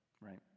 right